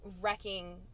wrecking